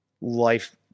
life